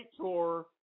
tour